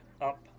up